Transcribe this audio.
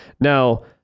Now